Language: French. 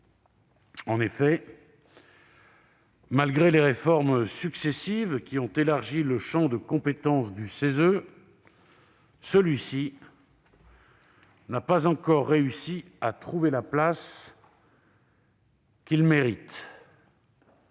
En effet, malgré les réformes successives qui ont élargi le champ de compétences du CESE, celui-ci n'a pas encore réussi à trouver la place qu'il mérite.